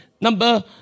number